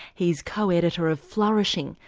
he's co-editor of flourishing,